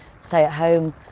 stay-at-home